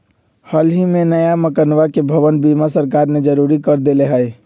हल ही में नया मकनवा के भवन बीमा सरकार ने जरुरी कर देले है